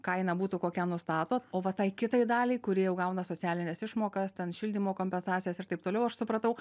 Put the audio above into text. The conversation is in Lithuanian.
kaina būtų kokia nustato o va tai kitai daliai kuri jau gauna socialines išmokas ten šildymo kompensacijas ir taip toliau aš supratau